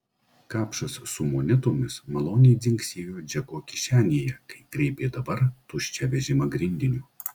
kapšas su monetomis maloniai dzingsėjo džeko kišenėje kai kreipė dabar tuščią vežimą grindiniu